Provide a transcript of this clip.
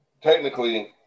technically